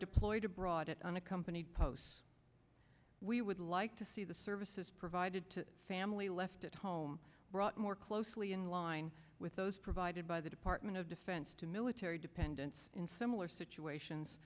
deployed abroad at unaccompanied posts we would like to see the services provided to family left at home brought more closely in line with those provided by the department of defense to military dependents in similar situation